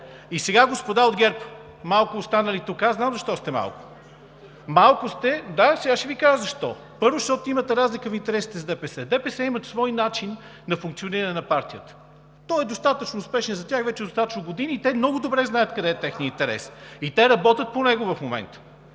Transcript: И сега, господа от ГЕРБ, малко останали тук. Аз знам защо сте малко. Сега ще Ви кажа защо. Първо, защото имате разлика в интересите с ДПС. ДПС имат свой начин на функциониране на партията. Той е достатъчно успешен за тях вече достатъчно години. Те много добре знаят къде е техният интерес и те работят по него в момента.